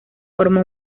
forma